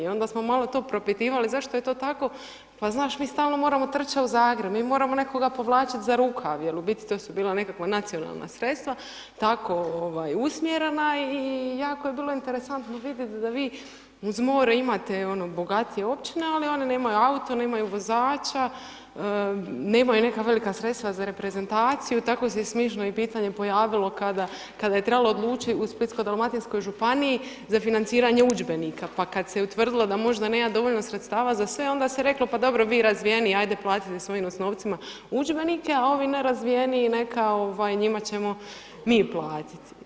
Onda smo malo propitivali zašto je to tako, pa znaš mi stalno moramo trčat u Zagreb, mi moramo nekog povlačit za rukav, jer u biti to su bila neka nacionalna sredstva tako usmjerena i jako je bilo interesantno vidjet da vi, uz more imate bogatije općine, ali one nemaju auto, nemaju vozača, nemaju neka velika sredstva za reprezentaciju, tako se i smiješno pitanje pojavilo kada je trebalo odlučiti u Splitsko-dalmatinskoj županiji za financiranje udžbenika pa kad se utvrdilo da možda nema dovoljno sredstava za sve onda se reklo pa dobro, vi razvijeniji ajde platite svojim osnovcima udžbenike a ovi nerazvijeniji, njima ćemo mi platiti.